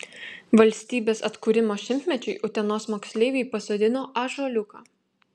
valstybės atkūrimo šimtmečiui utenos moksleiviai pasodino ąžuoliuką